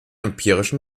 empirischen